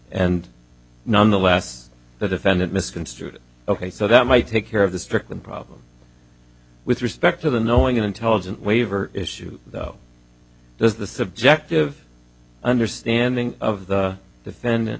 and nonetheless the defendant misconstrued ok so that might take care of the strickland problem with respect to the knowing intelligent waiver issue though does the subjective understanding of the defendant